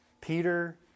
Peter